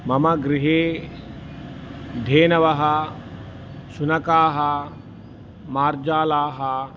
मम गृहे धेनवः शुनकाः मार्जालाः